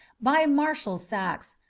by marshal saxe,